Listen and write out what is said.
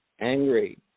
angry